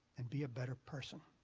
and be a better person.